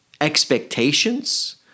expectations